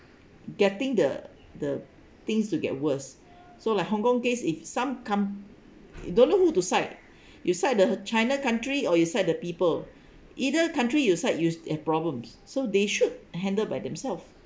getting the the things to get worse so like hong kong case if some come you don't know who to site you site the china country or you site the people either country you site used had problems so they should handled by themself